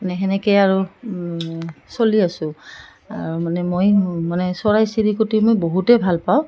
মানে তেনেকৈ আৰু চলি আছোঁ আৰু মানে মই মানে চৰাই চিৰিকটি মই বহুতেই ভাল পাওঁ